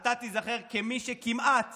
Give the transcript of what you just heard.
אתה תיזכר כמי שכמעט